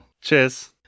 cheers